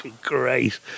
great